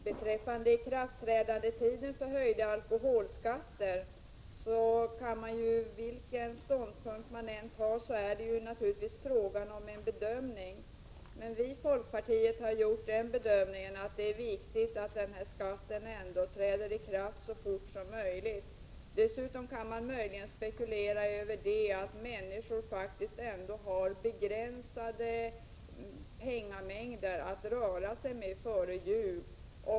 Herr talman! Vilken ståndpunkt man än intar beträffande tiden för ikraftträdandet av höjda alkoholskatter är det naturligtvis fråga om en bedömning. Vi i folkpartiet har gjort den bedömningen att det är viktigt att denna skattehöjning ändå träder i kraft så fort som möjligt. Man kan dessutom möjligen också spekulera över om inte människor faktiskt har begränsade mängder med pengar att röra sig med före jul.